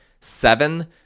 seven